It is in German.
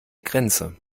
grenze